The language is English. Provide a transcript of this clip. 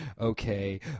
Okay